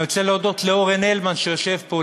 אני רוצה להודות לאורן הלמן, שיושב פה.